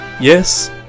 Yes